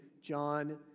John